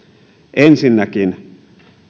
ensinnäkin